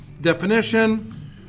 definition